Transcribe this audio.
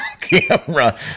camera